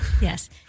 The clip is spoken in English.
Yes